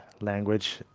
language